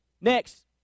Next